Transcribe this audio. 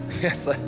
Yes